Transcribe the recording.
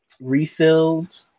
refilled